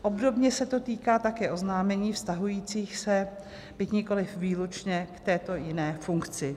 Obdobně se to týká také oznámení vztahujících se, byť nikoliv výlučně, k této jiné funkci.